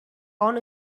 own